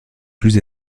plus